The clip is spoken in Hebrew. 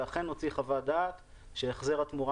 ואכן הוציא חוות דעת שהחזר התמורה